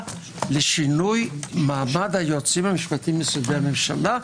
לשינוי מעמד היועצים המשפטיים במשרדי הממשלה,